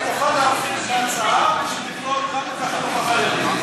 אני מוכן להרחיב את ההצעה שתכלול גם את החינוך החרדי.